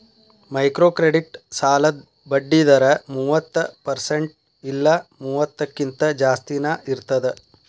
microcredit ಸಾಲದ್ ಬಡ್ಡಿ ದರ ಮೂವತ್ತ ಪರ್ಸೆಂಟ್ ಇಲ್ಲಾ ಮೂವತ್ತಕ್ಕಿಂತ ಜಾಸ್ತಿನಾ ಇರ್ತದ